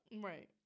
Right